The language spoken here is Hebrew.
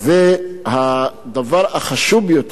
והדבר החשוב ביותר,